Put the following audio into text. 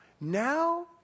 Now